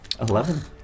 Eleven